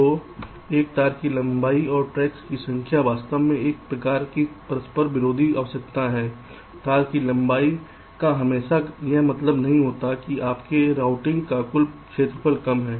तो इस तार की लंबाई और ट्रैक्स की संख्या वास्तव में एक प्रकार की परस्पर विरोधी आवश्यकता होती है तार की लंबाई का हमेशा यह मतलब नहीं होता है कि आपके रूटिंग का कुल क्षेत्रफल कम है